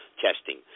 testing